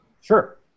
Sure